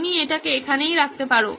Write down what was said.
তুমি এটিকে এখানেই রাখতে পারো